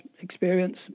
experience